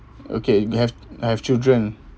okay we have have children